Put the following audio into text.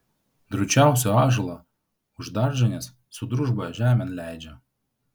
drūčiausią ąžuolą už daržinės su družba žemėn leidžia